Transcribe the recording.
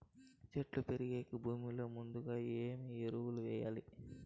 చెట్టు పెరిగేకి భూమిలో ముందుగా ఏమి ఎరువులు వేయాలి?